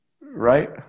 right